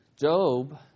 Job